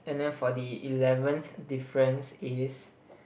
and then for the eleventh difference is